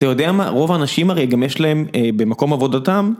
אתה יודע, רוב האנשים הרי גם יש להם במקום עבודתם.